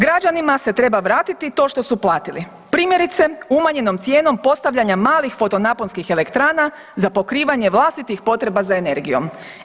Građanima se treba vratiti to što su platili primjerice umanjenom cijenom postavljanja malih fotonaponskih elektrana za pokrivanje vlastitih potreba za energijom.